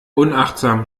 unachtsam